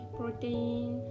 protein